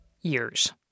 years